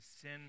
sin